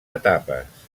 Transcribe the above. etapes